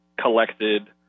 collected